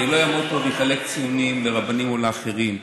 אני לא אעמוד פה ואחלק ציונים לרבנים או לאחרים.